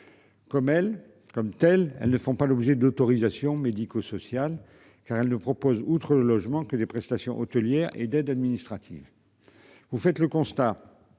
comme telle, elle ne font pas l'objet d'autorisations médico-social car elle ne propose, outre le logement que les prestations hôtelières et d'aide administrative. Vous faites le constat.